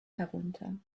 herunter